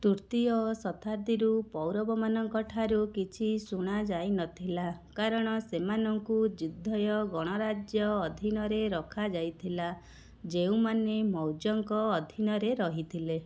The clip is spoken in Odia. ତୃତୀୟ ଶତାବ୍ଦୀରୁ ପୌରବମାନଙ୍କଠାରୁ କିଛି ଶୁଣା ଯାଇନଥିଲା କାରଣ ସେମାନଙ୍କୁ ଯୁଦ୍ଧୟ ଗଣରାଜ୍ୟ ଅଧୀନରେ ରଖାଯାଇଥିଲା ଯେଉଁମାନେ ମୌର୍ଯ୍ୟଙ୍କ ଅଧୀନରେ ରହିଥିଲେ